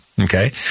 okay